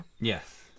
Yes